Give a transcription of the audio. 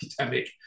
academic